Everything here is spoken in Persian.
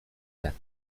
بدبخت